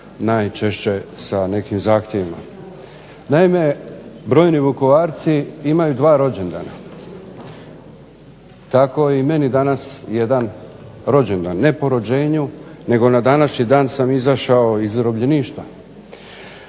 najčešće sa nekim zahtjevima. Naime, brojni vukovarci imaju dva rođendana. Tako je i meni danas jedan rođendan, ne po rođenju nego na današnji dan sam izašao iz zarobljeništva.